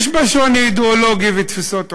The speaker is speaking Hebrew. יש בה שוני אידיאולוגי ותפיסות עולם.